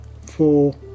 four